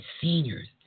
seniors